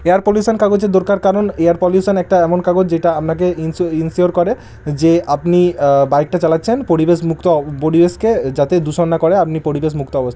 air pollution কাগজের দরকার কারণ এয়ার পলিউশন একটা এমন কাগজ যেটা আপনাকে ইনশিওর করে যে আপনি বাইকটা চালাচ্ছেন পরিবেশ মুক্ত পরিবেশকে যাতে দূষণ না করে আপনি পরিবেশ মুক্ত অবস্থায়